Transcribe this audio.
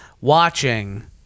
watching